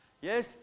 Yes